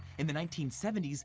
in the nineteen seventy s,